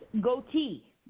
Goatee